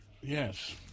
Yes